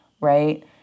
right